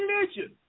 religion